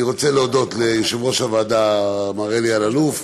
אני רוצה להודות ליושב-ראש הוועדה מר אלי אלאלוף,